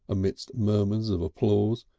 amidst murmurs of applause.